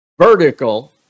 vertical